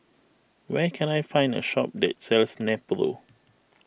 where can I find a shop that sells Nepro